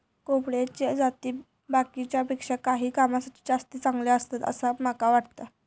कोंबड्याची जाती बाकीच्यांपेक्षा काही कामांसाठी जास्ती चांगले आसत, असा माका वाटता